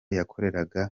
yakoreraga